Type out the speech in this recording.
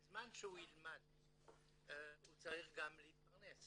בזמן שהוא ילמד הוא צריך גם להתפרנס.